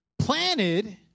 planted